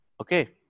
Okay